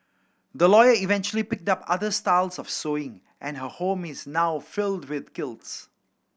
the lawyer eventually picked up other styles of sewing and her home is now filled with quilts